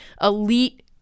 elite